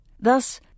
thus